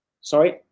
Sorry